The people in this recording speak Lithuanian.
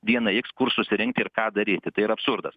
vienaip kur susirinkti ir ką daryti tai yra absurdas